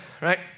right